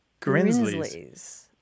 Grinsleys